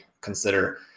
consider